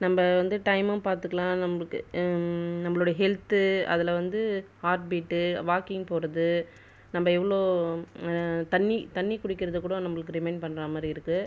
நம்ம வந்து டைமும் பார்த்துக்கலாம் நம்மளுக்கு நம்மளுடைய ஹெல்த்து அதில் வந்து ஹார்ட் பீட்டு வால்கிங் போகிறது நம்ம எவ்வளோ தண்ணீ தண்ணீ குடிக்கிறத கூட நம்மளுக்கு ரிமெய்ன்ட் பண்ணுற மாதிரி இருக்கும்